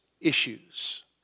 issues